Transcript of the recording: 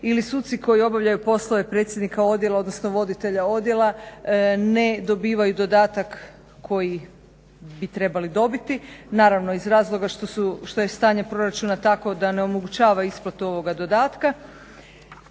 ili suci koji obavljaju poslove predsjednika odjela odnosno voditelja odjela ne dobivaju dodatak koji bi trebali dobiti. Naravno iz razloga što je stanje proračuna tako da ne omogućava isplatu ovoga dodatka.